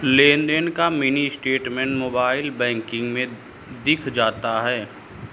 लेनदेन का mini statement mobile banking में दिख जाता है